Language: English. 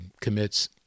commits